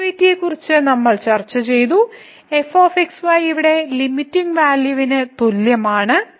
കണ്ടിന്യൂയിറ്റിയെക്കുറിച്ച് നമ്മൾ ചർച്ച ചെയ്തു f x y ഇവിടെ ലിമിറ്റിങ് വാല്യൂവിന് തുല്യമാണ്